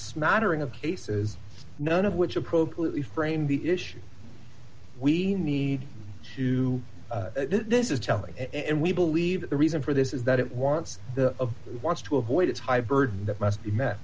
smattering of cases none of which appropriately framed the issue we need to this is telling and we believe that the reason for this is that it wants the wants to avoid its high burden that must be met